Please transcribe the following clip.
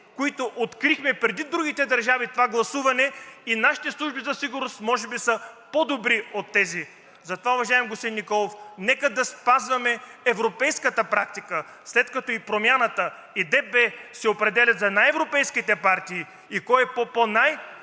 които открихме преди другите държави това гласуване, и нашите служби за сигурност може би са по-добри от тези? Затова, уважаеми господин Николов, нека да спазваме европейската практика, след като и Промяната и ДБ се определят за най-европейските партии и кой е по-по-най-